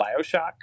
bioshock